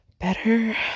better